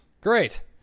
Great